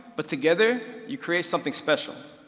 but together you create something special.